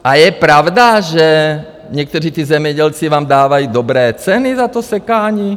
A je pravda, že někteří zemědělci vám dávají dobré ceny za to sekání?